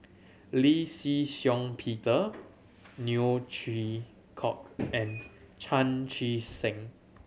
Lee Shih Shiong Peter Neo Chwee Kok and Chan Chee Seng